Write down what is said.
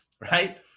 Right